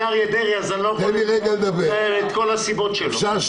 זה אריה דרעי ואני לא יכול לתאר את כל הסיבות שלו.